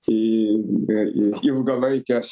į į ilgalaikes